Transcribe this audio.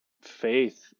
faith